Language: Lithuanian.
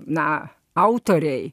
na autoriai